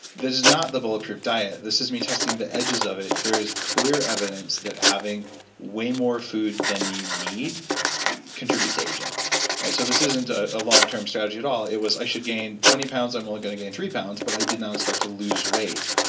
this is not the bulletproof diet, this is me testing the edges of it there's clear evidence that having way more food than you need contributes to aging so, this isn't a ah long term strategy at all, it was i should gain twenty pounds, i'm only gonna gain three pounds but i did not expect to lose weight.